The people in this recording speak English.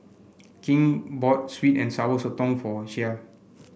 King bought sweet and Sour Sotong for Shea